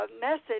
message